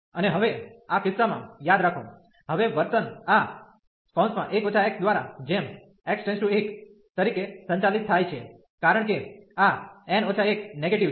અને હવે આ કિસ્સામાં યાદ રાખો હવે વર્તન આ દ્વારા જેમ x → 1 તરીકે સંચાલિત થાય છે કારણ કે આ n 1 નેગેટીવ છે